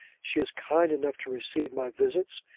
she is kind enough to receive my visits,